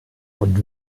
und